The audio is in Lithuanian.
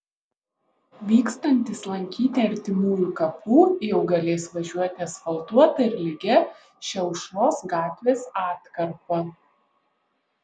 vykstantys lankyti artimųjų kapų jau galės važiuoti asfaltuota ir lygia šia aušros gatvės atkarpa